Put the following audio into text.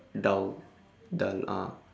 dull dull ah